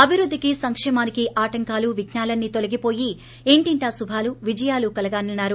అభివృద్ధికి సంకేమానికి ఆటంకాలు విఘ్పాలన్నీ తొలగివోయి ఇంటింటా శుభాలు విజయాలు కలగాలన్నారు